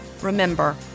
Remember